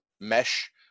mesh